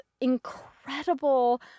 incredible